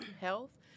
health